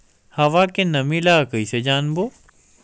हवा के नमी ल कइसे जानबो?